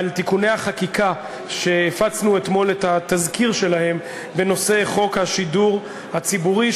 על תיקוני החקיקה שהפצנו אתמול את התזכיר בנושא חוק השידור הציבורי,